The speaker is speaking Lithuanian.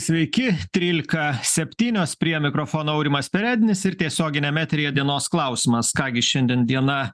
sveiki trylika septynios prie mikrofono aurimas perednis ir tiesioginiame eteryje dienos klausimas ką gi šiandien diena